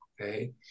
okay